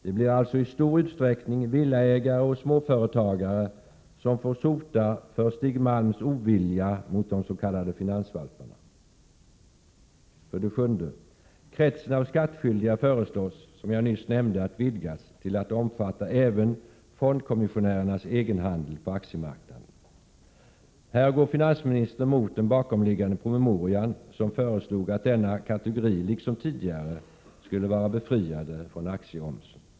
Det blir alltså i stor utsträckning villaägare och småföretagare som så att säga får sota för Stig Malms ovilja mot de s.k. finansvalparna. 7.Kretsen av skattskyldiga föreslås, som jag nyss nämnde, vidgas till att omfatta även fondkommissionärernas egenhandel på aktiemarknaden. Här går finansministern mot den bakomliggande promemorian i vilken man föreslog att denna kategori liksom tidigare skulle vara befriad från aktieoms.